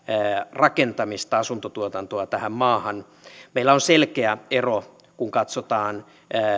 rakentamista asuntotuotantoa tähän maahan meillä on selkeä ero kun katsotaan